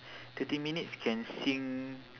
thirteen minutes can sing